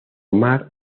mar